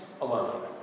alone